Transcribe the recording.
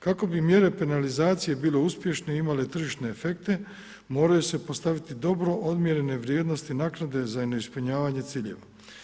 Kako bi mjere penalizacije bile uspješne i imale tržišne efekte, moraju se postaviti dobro odmjerene vrijednosti naknade za neispunjavanje ciljeva.